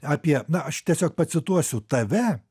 apie na aš tiesiog pacituosiu tave